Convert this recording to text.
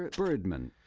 um birdman.